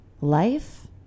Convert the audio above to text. life